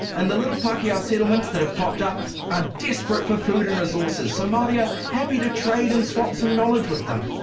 and the little pakeha settlements that have popped up are desperate for food and resources so maori are happy to trade and swap some knowledge with them.